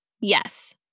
yes